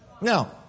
now